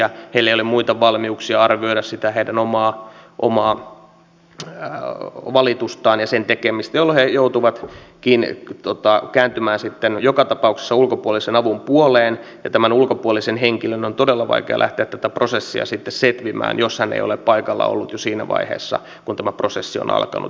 heillä ei ole muita valmiuksia arvioida sitä heidän omaa valitustaan ja sen tekemistä jolloin he joutuvatkin kääntymään sitten joka tapauksessa ulkopuolisen avun puoleen ja tämän ulkopuolisen henkilön on todella vaikea lähteä tätä prosessia sitten setvimään jos hän ei ole paikalla ollut jo siinä vaiheessa kun tämä prosessi on alkanut siellä turvapaikkapuhuttelussa